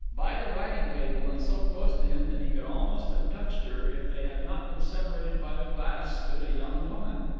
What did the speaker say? by the writing-table, and so close to him that he could almost have touched her if they had not been separated by the glass, stood a young woman.